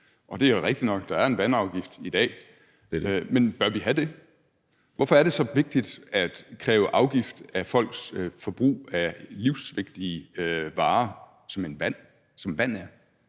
Og det er rigtigt nok, at der er en vandafgift i dag, men bør vi have det? Hvorfor er det så vigtigt at kræve afgift af folks forbrug af livsvigtige varer som vand?